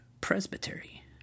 presbytery